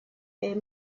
their